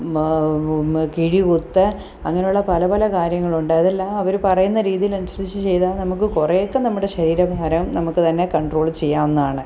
കിഴികുത്ത് അങ്ങനെയുള്ള പല പല കാര്യങ്ങളുണ്ട് അതെല്ലാം അവർ പറയുന്ന രീതിയിൽ അനുസരിച്ച് ചെയ്താൽ നമുക്ക് കുറേ ഒക്കെ നമ്മുടെ ശരീരഭാരം നമുക്ക് തന്നെ കണ്ട്രോൾ ചെയ്യാവുന്നതാണ്